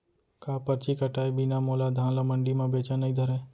का परची कटाय बिना मोला धान ल मंडी म बेचन नई धरय?